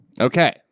Okay